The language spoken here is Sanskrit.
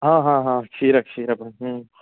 अहह क्षीरं क्षीरं